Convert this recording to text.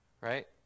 right